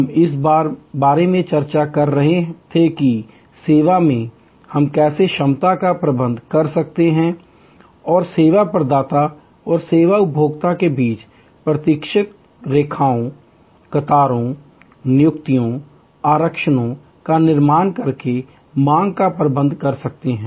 हम इस बारे में चर्चा कर रहे थे कि सेवा में हम कैसे क्षमता का प्रबंधन कर सकते हैं और सेवा प्रदाता और सेवा उपभोक्ता के बीच प्रतीक्षा रेखाओं कतारों नियुक्तियों आरक्षणों का निर्माण करके मांग का प्रबंधन कर सकते हैं